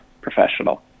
professional